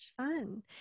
fun